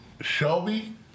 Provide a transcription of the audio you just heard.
Shelby